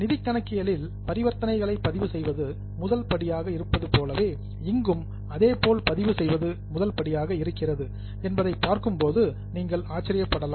நிதி கணக்கியலில் பரிவர்த்தனைகளை பதிவு செய்வது முதல் படியாக இருப்பது போலவே இங்கும் அதே போல் பதிவு செய்வது முதல் படியாக இருக்கிறது என்பதை பார்க்கும்போது நீங்கள் ஆச்சரியப்படலாம்